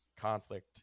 conflict